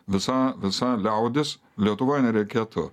visa visa liaudis lietuvoj nereikėtų